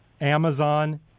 Amazon